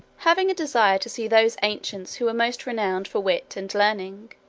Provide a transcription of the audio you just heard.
having a desire to see those ancients who were most renowned for wit and learning,